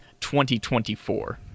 2024